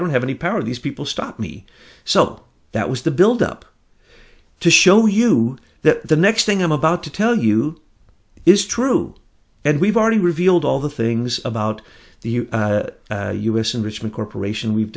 don't have any power these people stop me so that was the build up to show you that the next thing i'm about to tell you is true and we've already revealed all the things about the u s investment corporation we've